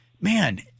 man